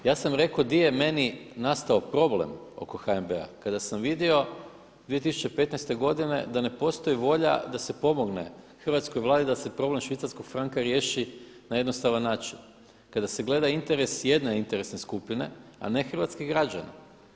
Ja sam rekao gdje je meni nastao problem oko HNB-a kada sam vidio 2015. godine da ne postoji volja da se pomogne hrvatskoj Vladi da se problem švicarskog franka riješi na jednostavan način, kada se gleda interes jedne interesne skupine, a ne hrvatskih građana.